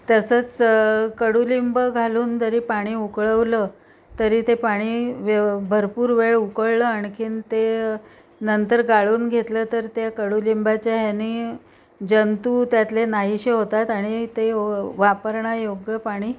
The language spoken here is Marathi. तसंच कडुलिंब घालून जरी पाणी उकळवलं तरी ते पाणी व्य भरपूर वेळ उकळलं आणखी ते नंतर गाळून घेतलं तर त्या कडुलिंबाच्या ह्याने जंतू त्यातले नाहीशे होतात आणि ते वापरणं योग्य पाणी